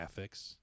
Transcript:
graphics